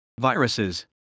viruses